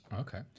Okay